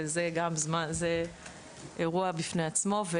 וזה אירוע בפני עצמו.